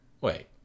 Wait